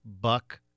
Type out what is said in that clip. Buck-